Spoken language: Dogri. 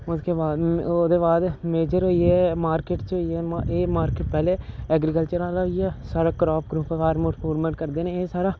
उसके बाद ओह्दे बाद मेजर होई गे मार्किट च होई गे एह् मार्किट पैह्ले ऐग्रीकल्चर आह्ला होई गेआ साढ़ा क्रॉप क्रुप फार्मर फर्मेर करदे न एह् सारा